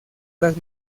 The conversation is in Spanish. las